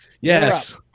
yes